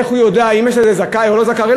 איך הוא יודע אם יש זכאי או לא זכאי?